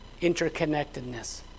interconnectedness